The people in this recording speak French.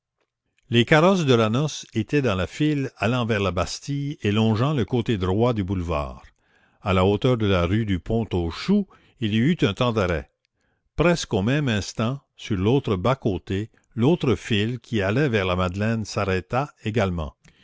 les carrosses de la noce étaient dans la file allant vers la bastille et longeant le côté droit du boulevard à la hauteur de la rue du pont aux choux il y eut un temps d'arrêt presque au même instant sur l'autre bas côté l'autre file qui allait vers la madeleine s'arrêta également